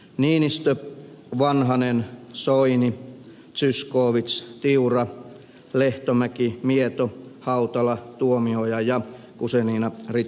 niinistö vanhanen soini zyskowicz tiura lehtomäki mieto hautala tuomioja ja guzenina richardson